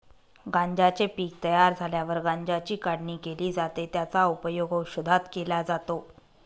गांज्याचे पीक तयार झाल्यावर गांज्याची काढणी केली जाते, त्याचा उपयोग औषधात केला जातो